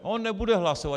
On nebude hlasovat.